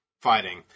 fighting